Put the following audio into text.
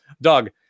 Doug